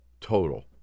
total